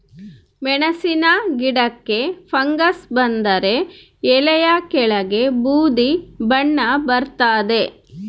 ಮೆಣಸಿನ ಗಿಡಕ್ಕೆ ಫಂಗಸ್ ಬಂದರೆ ಎಲೆಯ ಕೆಳಗೆ ಬೂದಿ ಬಣ್ಣ ಬರ್ತಾದೆ